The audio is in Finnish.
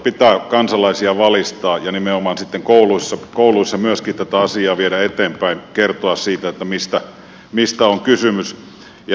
pitää kansalaisia valistaa ja nimenomaan sitten kouluissa myöskin tätä asiaa viedä eteenpäin kertoa siitä mistä on kysymys jnp